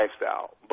lifestyle